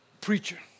preacher